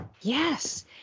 Yes